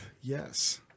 yes